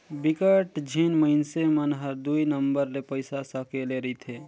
बिकट झिन मइनसे मन हर दुई नंबर ले पइसा सकेले रिथे